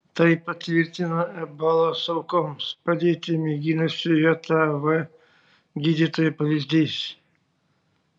tai patvirtino ebolos aukoms padėti mėginusio jav gydytojo pavyzdys